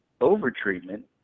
over-treatment